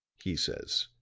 he says.